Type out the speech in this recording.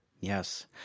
Yes